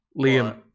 Liam